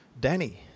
Danny